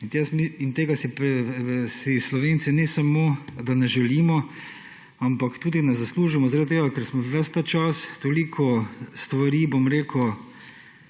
In tega si Slovenci ne samo da ne želimo, ampak tudi ne zaslužimo zaradi tega, ker smo ves ta čas toliko stvari, bom rekel,